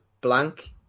blank